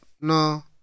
no